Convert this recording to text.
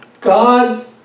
God